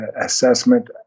assessment